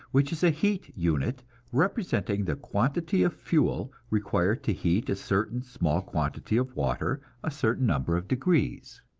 which is a heat unit representing the quantity of fuel required to heat a certain small quantity of water a certain number of degrees.